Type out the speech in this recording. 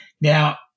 Now